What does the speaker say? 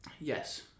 Yes